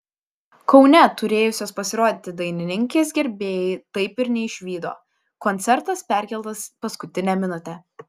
kaune turėjusios pasirodyti dainininkės gerbėjai taip ir neišvydo koncertas perkeltas paskutinę minutę